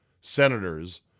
Senators